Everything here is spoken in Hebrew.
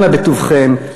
אנא בטובכם,